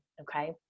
Okay